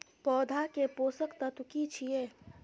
पौधा के पोषक तत्व की छिये?